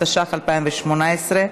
התשע"ט 2018,